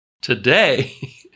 Today